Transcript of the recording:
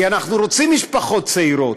כי אנחנו רוצים משפחות צעירות,